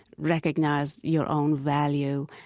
recognize your own value.